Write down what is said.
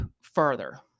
further